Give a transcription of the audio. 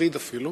מפחיד אפילו,